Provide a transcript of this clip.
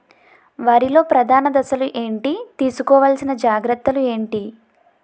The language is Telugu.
వరిలో ప్రధాన దశలు ఏంటి? తీసుకోవాల్సిన జాగ్రత్తలు ఏంటి?